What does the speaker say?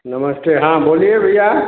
नमस्ते हाँ बोलिए भैया